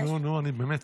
נו, נו, אני במתח.